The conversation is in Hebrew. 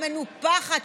מנופחת,